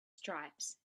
stripes